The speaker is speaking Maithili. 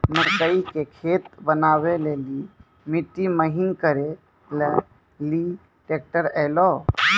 मकई के खेत बनवा ले ली मिट्टी महीन करे ले ली ट्रैक्टर ऐलो?